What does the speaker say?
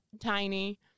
tiny